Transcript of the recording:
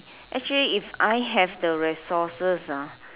actually if I have the resources ah